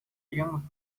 llegamos